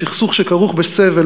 סכסוך שכרוך בסבל,